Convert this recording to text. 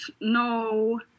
no